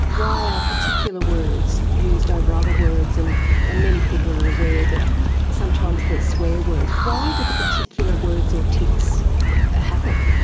why are particular words used over other words? and and many people are aware that sometimes they are swear words. why do the particular words or tics ah happen?